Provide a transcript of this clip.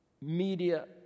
media